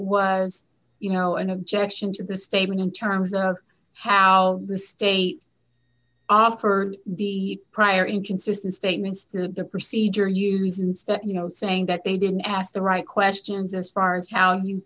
was you know an objection to the statement in terms of how the state offer the prior inconsistent statements the procedure you reasons that you know saying that they didn't ask the right questions as far as how you